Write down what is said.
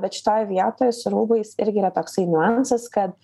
bet šitoj vietoj su rūbais irgi yra toksai niuansas kad